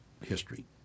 history